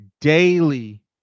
daily